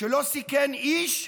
שלא סיכן איש.